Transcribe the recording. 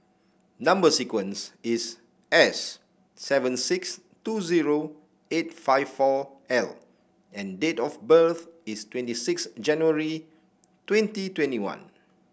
number sequence is S seven six two zero eight five four L and date of birth is twenty six January twenty twenty one